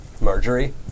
Marjorie